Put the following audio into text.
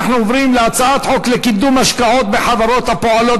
אנחנו עוברים להצעת חוק לקידום השקעות בחברות הפועלות